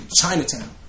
Chinatown